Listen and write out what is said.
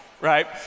right